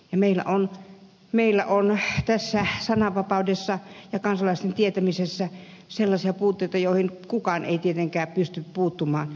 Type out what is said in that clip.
meillä on tässä sananvapaudessa ja kansalaisten tietämisessä sellaisia puutteita joihin kukaan ei tietenkään pysty puuttumaan